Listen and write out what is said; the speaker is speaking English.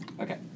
Okay